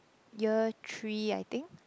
year three I think